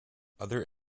other